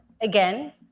again